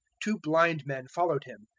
two blind men followed him,